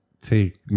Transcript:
take